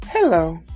Hello